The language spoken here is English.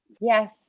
yes